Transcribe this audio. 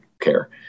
care